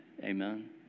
Amen